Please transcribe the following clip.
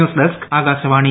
news desk Akashvani